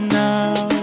now